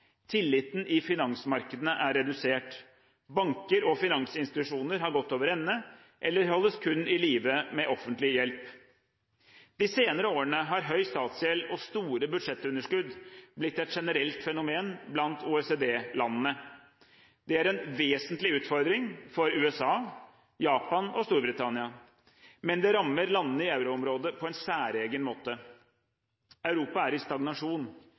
Tilliten i finansmarkedene er redusert. Banker og finansinstitusjoner har gått over ende, eller holdes kun i live med offentlig hjelp. De senere årene har høy statsgjeld og store budsjettunderskudd blitt et generelt fenomen blant OECD-landene. Det er en vesentlig utfordring også for USA, Japan og Storbritannia. Men det rammer landene i euroområdet på en særegen måte. Europa er i stagnasjon.